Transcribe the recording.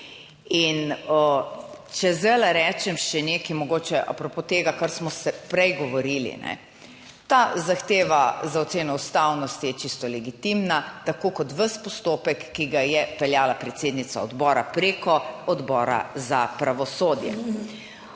In če zdaj rečem še nekaj mogoče a propos tega, kar smo prej govorili, ta zahteva za oceno ustavnosti je čisto legitimna, tako kot ves postopek, ki ga je peljala predsednica odbora preko Odbora za pravosodje.